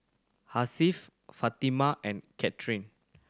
Hasif Fatimah and